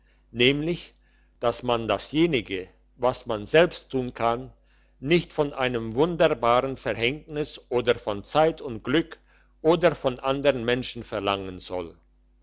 nämlich dass man dasjenige was man selbst tun kann nicht von einem wunderbaren verhängnis oder von zeit und glück oder von andern menschen verlangen soll